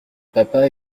papa